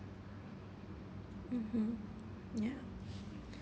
mmhmm ya